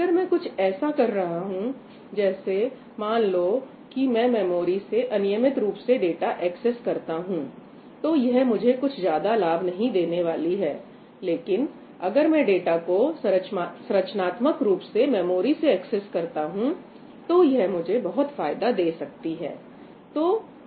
अगर मैं कुछ ऐसा कर रहा हूं जैसे मान लो कि मैं मेमोरी से अनियमित रूप से डाटा एक्सेस करता हूं तो यह मुझे कुछ ज्यादा लाभ नहीं देने वाली है लेकिन अगर मैं डाटा को संरचनात्मक रूप से मेमोरी से एक्सेस करता हूं तो यह मुझे बहुत फायदा दे सकती है